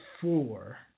four